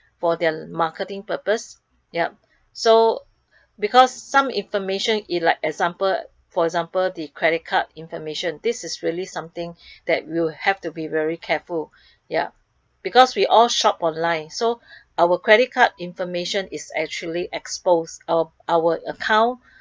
for their marketing purpose yup so because some information is like example for example the credit card information this is really something that will have to be very careful ya because we all shop online so our credit card information is actually exposed our our account